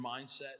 mindset